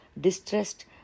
distressed